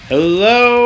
Hello